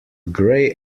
gray